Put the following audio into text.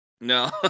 No